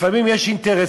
לפעמים יש אינטרס,